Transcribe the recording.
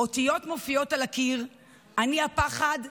"אותיות מופיעות על הקיר / אני הפחד,